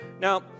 Now